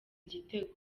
igitego